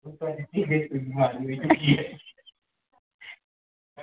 अच्छा